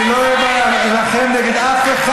אני לא אילחם נגד אף אחד,